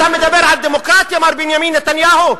אתה מדבר על הדמוקרטיה, מר בנימין נתניהו?